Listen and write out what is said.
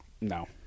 No